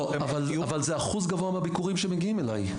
לא, אבל זה אחוז גבוה מהביקורים שמגיעים אליי.